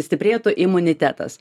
stiprėtų imunitetas